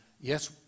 yes